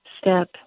step